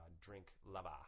drink-lava